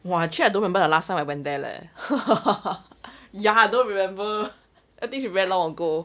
!wah! actually I don't remember the last time I went there leh ya don't remember I think should be very long ago